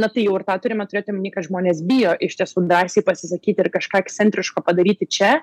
na tai jau ir tą turime turėti omeny kad žmonės bijo iš tiesų drąsiai pasisakyti ir kažką ekscentriško padaryti čia